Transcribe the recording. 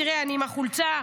אני עם החולצה,